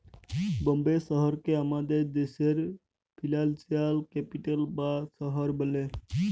বম্বে শহরকে আমাদের দ্যাশের ফিল্যালসিয়াল ক্যাপিটাল বা শহর ব্যলে